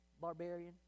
barbarian